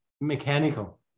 mechanical